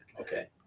Okay